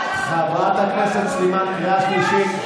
חברת הכנסת סלימאן, קריאה שלישית.